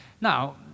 Now